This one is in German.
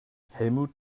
helmut